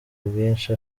bwinshi